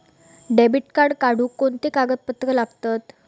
Debit card काढुक कोणते कागदपत्र लागतत?